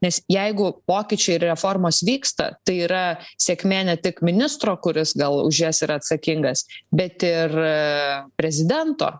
nes jeigu pokyčiai ir reformos vyksta tai yra sėkmė ne tik ministro kuris gal už jas yra atsakingas bet ir prezidento